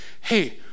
hey